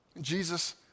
Jesus